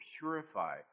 purify